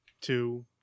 two